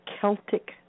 Celtic